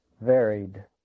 varied